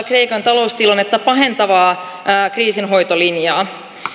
kreikan taloustilannetta pahentavaa kriisinhoitolinjaa